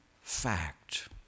fact